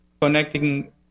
connecting